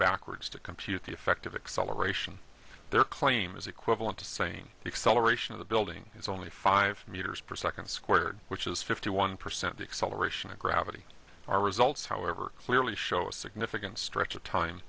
backwards to compute the effect of acceleration their claim is equivalent to saying if celebration of the building is only five meters per second squared which is fifty one percent the acceleration of gravity our results however clearly show a significant stretch of time